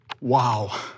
Wow